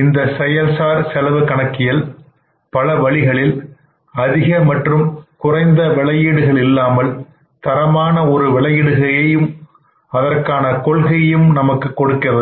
இந்த செயல்சார்செலவு கணக்கியல் பல வழிகளில் அதிக மற்றும் குறைந்த விலயீடுகள் இல்லாமல் தரமான ஒரு விலை இடுகையையும் அதற்கான கொள்கையையும் நமக்கு கொடுக்கிறது